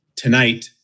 tonight